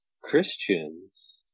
Christians